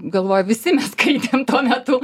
galvoju visi mes skaitėm tuo metu